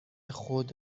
خود